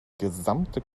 gesamte